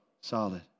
solid